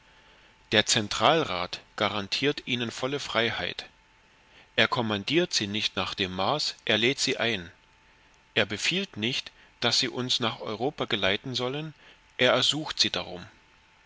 der zentralrat garantiert ihnen volle freiheit er kommandiert sie nicht nach dem mars er lädt sie ein er befiehlt nicht daß sie uns nach europa geleiten sollen er ersucht sie darum